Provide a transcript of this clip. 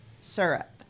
syrup